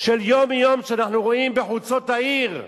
של יום-יום, שאנחנו רואים בחוצות העיר,